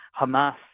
Hamas